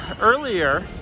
earlier